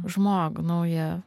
žmogų nauja